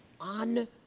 on